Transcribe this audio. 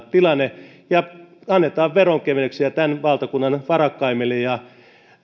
tilanne ja annetaan veronkevennyksiä tämän valtakunnan varakkaimmille ja